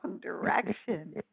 direction